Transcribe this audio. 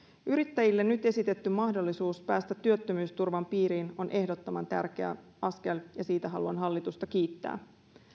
yrittäjille nyt esitetty mahdollisuus päästä työttömyysturvan piiriin on ehdottoman tärkeä askel ja siitä haluan hallitusta kiittää